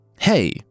Hey